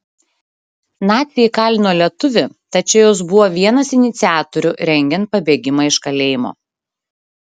naciai įkalino lietuvį tačiau jis buvo vienas iniciatorių rengiant pabėgimą iš kalėjimo